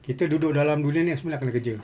kita duduk dalam dunia ni semua nak kena kerja